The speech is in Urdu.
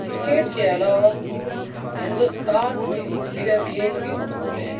کرکٹ کے علاوہ ہندوستان میں دیگر کھیل بھی مقبول ہیں